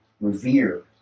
revere